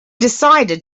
decided